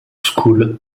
school